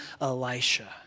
Elisha